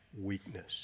weakness